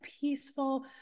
peaceful